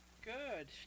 Good